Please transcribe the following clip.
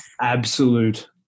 absolute